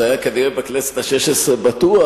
אולי זה היה בכנסת השש-עשרה בטוח,